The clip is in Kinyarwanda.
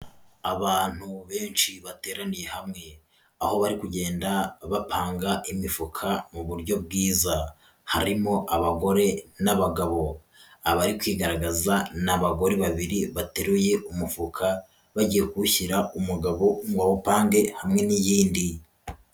Abantu benshi bateraniye hamwe, aho bari kugenda bapanga imifuka mu buryo bwiza, harimo abagore n'abagabo, abari kwigaragaza ni abagore babiri bateruye umufuka, bagiye kuwushyira umugabo ngo awupange hamwe n'iyindi.